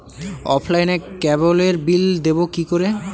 অফলাইনে ক্যাবলের বিল দেবো কি করে?